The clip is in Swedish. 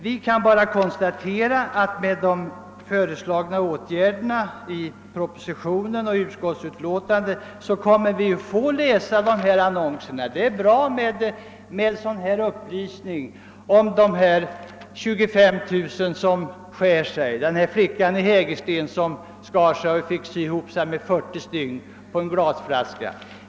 Vi kan bara konstatera att vi med de i propositionen och utskottets utlåtande föreslagna åtgärderna kommer att få läsa dessa annonser. Det är bra med upplysningar, t.ex. om de 25 000 personer som årligen skär sig och om flickan i Hägersten som skar sig på en glasflaska och fick sys ihop med 40 stygn.